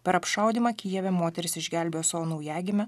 per apšaudymą kijeve moteris išgelbėjo savo naujagimę